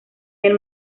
del